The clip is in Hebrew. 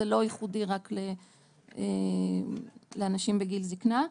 זה לא ייחודי רק לאנשים בגיל זקנה,